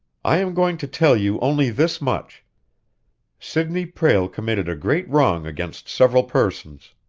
i am going to tell you only this much sidney prale committed a great wrong against several persons.